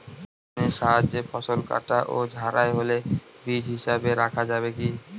মেশিনের সাহায্যে ফসল কাটা ও ঝাড়াই হলে বীজ হিসাবে রাখা যাবে কি?